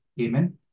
Amen